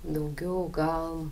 daugiau gal